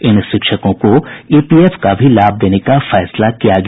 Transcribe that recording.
इन शिक्षकों को ईपीएफ का भी लाभ देने का फैसला किया गया